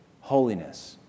holiness